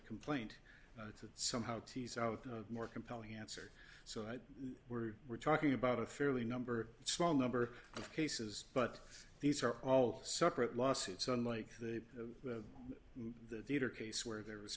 complaint to somehow tease out the more compelling answer so i we're we're talking about a fairly number small number of cases but these are all separate lawsuits unlike the in the theater case where there was